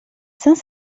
saint